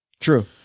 True